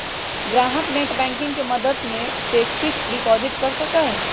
ग्राहक नेटबैंकिंग के मदद से फिक्स्ड डिपाजिट कर सका हई